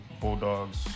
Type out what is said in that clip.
Bulldogs